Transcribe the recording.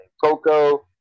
Coco